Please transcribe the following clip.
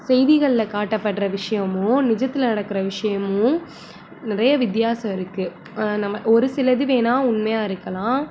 செய்திகளில் காட்டப்படுற விஷயமும் நிஜத்தில் நடக்கிற விஷயமும் நிறைய வித்தியாசம் இருக்குது நம்ம ஒரு சிலது வேணுனா உண்மையாக இருக்கலாம்